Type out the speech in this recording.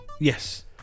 Yes